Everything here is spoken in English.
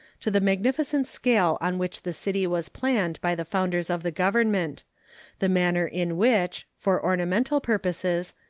to the magnificent scale on which the city was planned by the founders of the government the manner in which, for ornamental purposes,